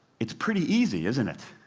it's pretty easy isn't it?